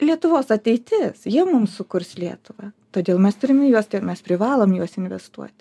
lietuvos ateitis jie mums sukurs lietuvą todėl mes turime į juos ir mes privalom į juos investuoti